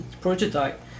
prototype